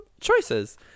choices